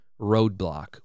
roadblock